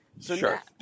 Sure